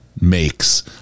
makes